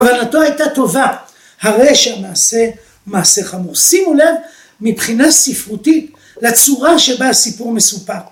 ‫הבנתו הייתה טובה, ‫הרי שהמעשה מעשה חמור. ‫שימו לב, מבחינה ספרותית, ‫לצורה שבה הסיפור מסופק.